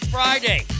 Friday